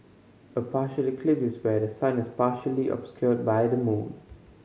a partial eclipse is where the sun is partially obscured by the moon